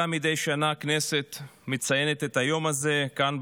מדי שנה הכנסת מציינת את היום הזה כאן,